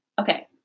Okay